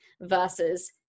versus